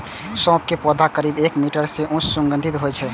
सौंफ के पौधा करीब एक मीटर ऊंच आ सुगंधित होइ छै